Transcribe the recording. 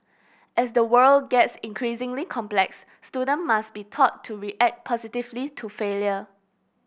as the world gets increasingly complex student must be taught to react positively to failure